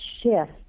shift